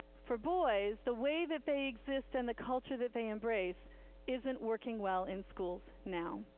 for boys, the way that they exist and the culture that they embrace isn't working well in schools now.